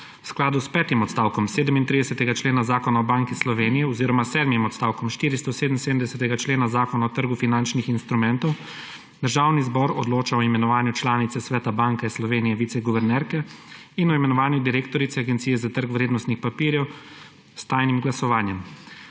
V skladu s petim odstavkom 37. člena Zakona o Banki Slovenije oziroma sedmim odstavkom 477. člena Zakona o trgu finančnih instrumentov Državni zbor odloča o imenovanju članice Sveta Banke Slovenije – viceguvernerke in o imenovanju direktorice Agencije za trg vrednostnih papirjev s tajnim glasovanjem.